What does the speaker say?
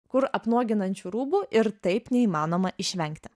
kur apnuoginančių rūbų ir taip neįmanoma išvengti